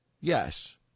Yes